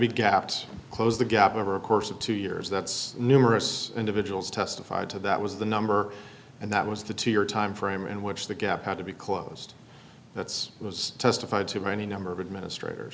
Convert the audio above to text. be gaps close the gap over a course of two years that's numerous individuals testified to that was the number and that was the two year time frame in which the gap had to be closed that's was testified to by any number of administrator